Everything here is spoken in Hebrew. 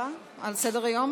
סדר-היום